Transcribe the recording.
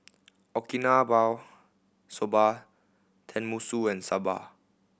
Okinawa Soba Tenmusu and Sambar